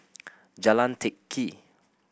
Jalan Teck Kee